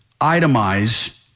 itemize